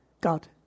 God